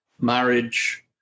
marriage